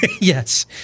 Yes